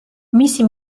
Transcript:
მისი